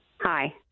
Hi